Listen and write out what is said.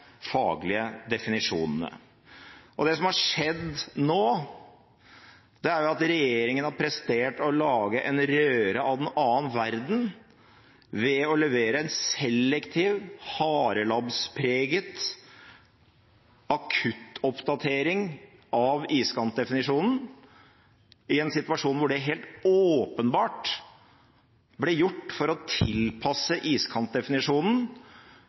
faglige definisjonene. Det som har skjedd nå, er at regjeringen har prestert å lage en røre av en annen verden ved å levere en selektiv, harelabbpreget akuttoppdatering av iskantdefinisjonen, i en situasjon hvor det helt åpenbart ble gjort for å tilpasse iskantdefinisjonen